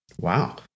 Wow